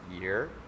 year